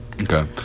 okay